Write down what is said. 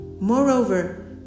Moreover